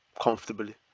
comfortably